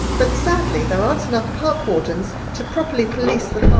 but sadly there aren't enough park wardens to properly police the